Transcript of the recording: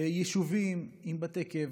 יישובים עם בתי קבע,